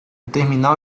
terminal